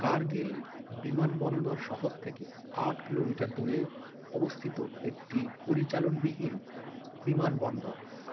কার্গিল বিমানবন্দর শহর থেকে আট কিলোমিটার দূরে অবস্থিত একটি পরিচালনবিহীন বিমানবন্দর